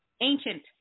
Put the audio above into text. Ancient